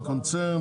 הקונצרן